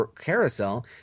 carousel